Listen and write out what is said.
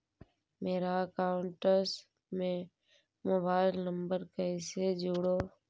मेरा अकाउंटस में mobile number कैसे जुड़उ?